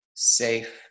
safe